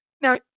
Now